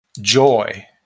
joy